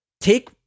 Take